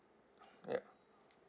ya